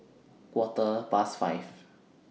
Quarter Past five